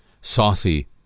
saucy